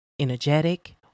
energetic